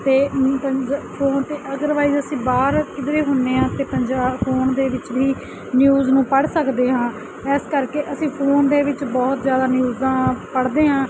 ਅਤੇ ਫੋਨ 'ਤੇ ਅਦਰਵਾਈਜ਼ ਅਸੀਂ ਬਾਹਰ ਕਿੱਧਰੇ ਹੁੰਦੇ ਹਾਂ ਤਾਂ ਪੰਜਾਬ ਫੋਨ ਦੇ ਵਿੱਚ ਵੀ ਨਿਊਜ਼ ਨੂੰ ਪੜ੍ਹ ਸਕਦੇ ਹਾਂ ਇਸ ਕਰਕੇ ਅਸੀਂ ਫੋਨ ਦੇ ਵਿੱਚ ਬਹੁਤ ਜ਼ਿਆਦਾ ਨਿਊਜ਼ਾਂ ਪੜ੍ਹਦੇ ਹਾਂ